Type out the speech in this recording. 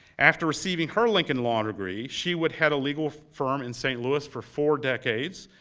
after receiving her lincoln law degree, she would head a legal firm in st. louis for four decades.